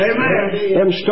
Amen